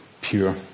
pure